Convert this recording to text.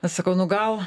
aš sakau nu gal